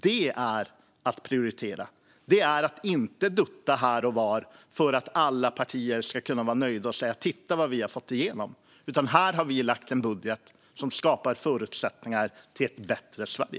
Det är att prioritera. Det är att inte dutta här och var för att alla partier ska kunna vara nöjda och säga "Titta, vad vi har fått igenom! ", utan här har vi lagt en budget som skapar förutsättningar för ett bättre Sverige.